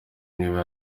niba